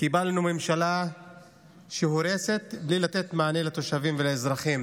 קיבלנו ממשלה שהורסת בלי לתת מענה לתושבים ולאזרחים,